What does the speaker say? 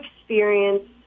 experience